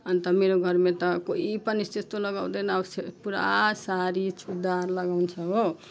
अनि त मेरो घरमा त कोही पनि त्यस्तो लगाउँदैन पुरा सारी चुडीदार लगाउँछ हो